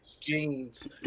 jeans